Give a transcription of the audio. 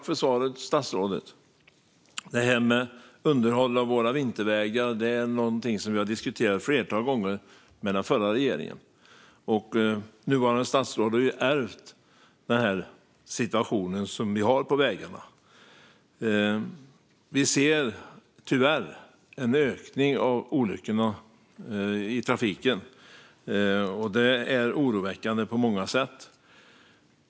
Herr talman! Tack för svaret, statsrådet! Det här med underhåll av våra vintervägar är någonting som vi har diskuterat ett flertal gånger med den förra regeringen. Nuvarande statsråd har ju ärvt den situation som vi har på vägarna. Vi ser tyvärr en ökning av olyckorna i trafiken, och det är oroväckande på många sätt.